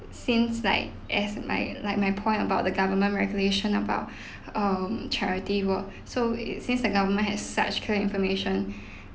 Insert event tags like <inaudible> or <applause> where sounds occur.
since like as my like my point about the government regulation about <breath> um charity work so it since the government has such clear information